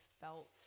felt